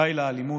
די לאלימות,